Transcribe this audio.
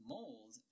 Mold